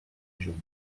juny